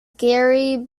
gary